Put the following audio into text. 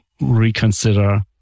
reconsider